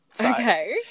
Okay